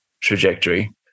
trajectory